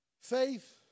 Faith